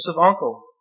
uncle